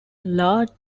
large